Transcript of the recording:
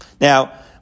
Now